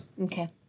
Okay